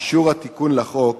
אישור התיקון לחוק